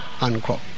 unquote